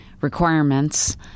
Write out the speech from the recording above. requirements